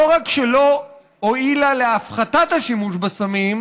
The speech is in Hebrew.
רק שלא הועילה להפחתת השימוש בסמים,